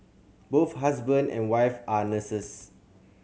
both husband and wife are nurses